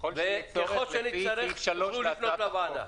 וככל שנצטרך תוכלו לפנות לוועדה.